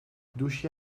douche